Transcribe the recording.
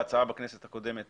ההצעה בכנסת הקודמת